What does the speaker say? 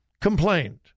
complained